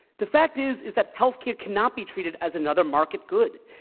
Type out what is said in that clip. the fact is is that healthcare cannot be treated as another market good.